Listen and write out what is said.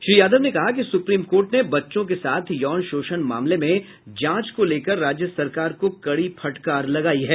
श्री यादव ने कहा कि सुप्रीम कोर्ट ने बच्चों के साथ यौन शोषण मामले में जांच को लेकर राज्य सरकार को कड़ी फटकार लगायी है